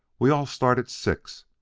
we all start at six.